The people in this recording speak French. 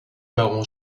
baron